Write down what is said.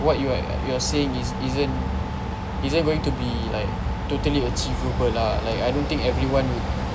what you're you're saying is isn't isn't going to be like totally achievable lah like I don't think everyone would